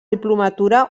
diplomatura